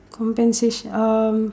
compensation um